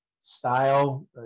style